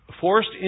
Forced